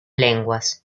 lenguas